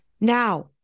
now